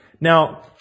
Now